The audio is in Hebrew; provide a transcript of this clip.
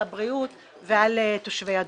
על הבריאות ועל תושבי הדרום.